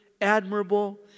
admirable